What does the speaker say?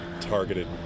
targeted